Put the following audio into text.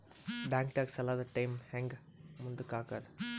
ಬ್ಯಾಂಕ್ದಾಗ ಸಾಲದ ಟೈಮ್ ಹೆಂಗ್ ಮುಂದಾಕದ್?